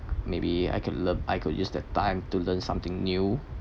maybe I can learn I could use that time to learn something new